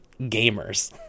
gamers